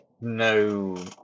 no